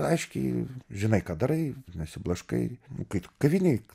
aiškiai žinai ką darai nesiblaškai kaip kavinėj